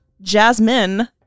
jasmine